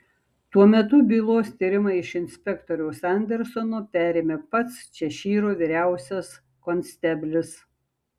tuo metu bylos tyrimą iš inspektoriaus andersono perėmė pats češyro vyriausias konsteblis